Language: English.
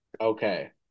Okay